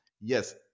Yes